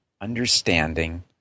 understanding